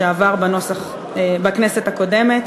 שעבר בכנסת הקודמת.